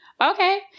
Okay